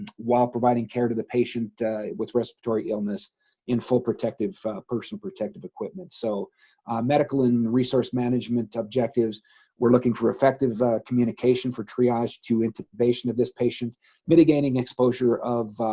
while providing care to the patient with respiratory illness in full protective personal protective equipment, so medical and resource management objectives we're looking for effective communication for triage to intubation of this patient mitigating exposure of